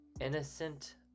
innocent